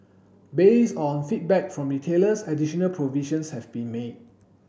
based on feedback from retailers additional provisions have been made